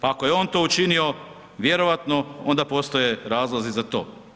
Ako je on to učinio, vjerovatno onda postoje razlozi za to.